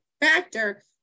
factor